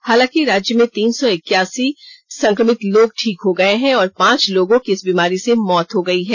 हालांकि राज्य में तीन सौ इक्कीस संक्रमित लोग ठीक हो गए हैं और पांच लोगों की इस बीमारी से मौत हो गई है